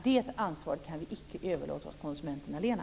Det ansvaret kan vi icke överlåta åt konsumenten allena.